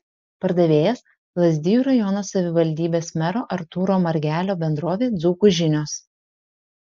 pardavėjas lazdijų rajono savivaldybės mero artūro margelio bendrovė dzūkų žinios